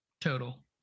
total